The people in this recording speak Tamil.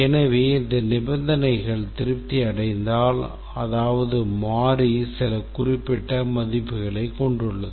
எனவே இந்த நிபந்தனைகள் திருப்தி அடைந்தால் அதாவது மாறி சில குறிப்பிட்ட மதிப்புகளைக் கொண்டுள்ளது